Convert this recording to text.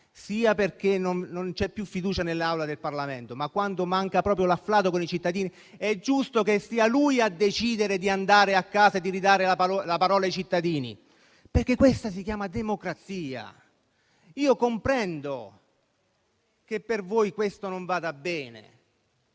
sia perché non c'è più fiducia nell'Assemblea del Parlamento, sia perché manca proprio l'afflato con i cittadini - è giusto che sia lui a decidere di andare a casa e di ridare la parola al popolo, perché questa si chiama democrazia. Comprendo che per voi questo non vada bene,